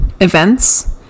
events